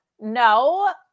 No